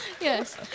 yes